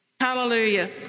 Hallelujah